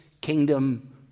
kingdom